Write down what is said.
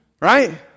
Right